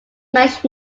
mesh